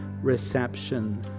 reception